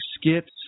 skits